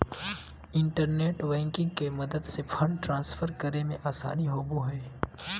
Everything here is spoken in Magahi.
इंटरनेट बैंकिंग के मदद से फंड ट्रांसफर करे मे आसानी होवो हय